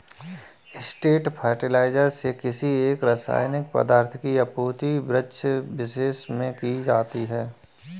straight fertiliser से किसी एक रसायनिक पदार्थ की आपूर्ति वृक्षविशेष में की जाती है